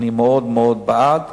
אני מאוד-מאוד בעד.